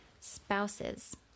Spouses